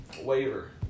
waiver